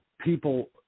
people